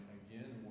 again